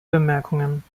bemerkungen